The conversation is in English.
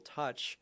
touch